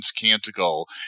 Canticle